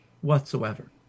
whatsoever